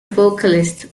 vocalist